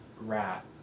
rat